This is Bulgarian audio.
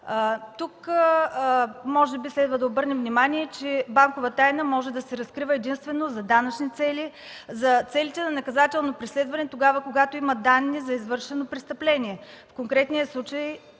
Може би тук следва да обърна внимание, че банкова тайна може да се разкрива единствено за данъчни цели, за целите на наказателно преследване, когато има данни за извършено престъпление. В конкретния случай